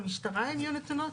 למשטרה הן יהיו נתונות?